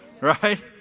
right